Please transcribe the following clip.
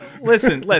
Listen